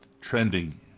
trending